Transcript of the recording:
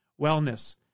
Wellness